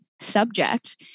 subject